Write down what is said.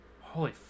holy